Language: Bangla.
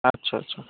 আচ্ছা আচ্ছা